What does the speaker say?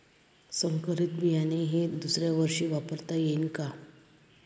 संकरीत बियाणे हे दुसऱ्यावर्षी वापरता येईन का?